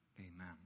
Amen